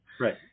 right